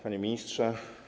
Panie Ministrze!